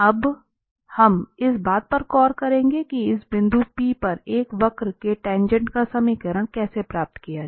अब हम इस बात पर गौर करेंगे कि एक बिंदु P पर एक वक्र के टाँगेँट का समीकरण कैसे प्राप्त किया जाए